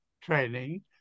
training